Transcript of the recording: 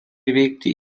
įveikti